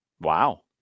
Wow